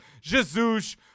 Jesus